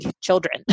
children